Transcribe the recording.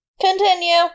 Continue